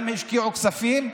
גם השקיעו כספים,